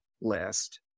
list